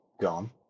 gone